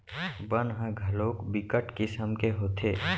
बन ह घलोक बिकट किसम के होथे